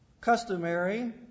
customary